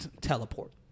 teleport